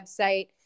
website